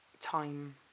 time